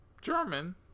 German